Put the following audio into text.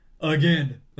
Again